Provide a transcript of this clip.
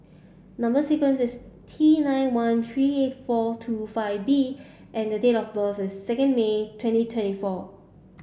number sequence is T nine one three eight four two five B and the date of birth is second May twenty twenty four